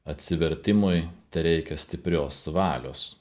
atsivertimui tereikia stiprios valios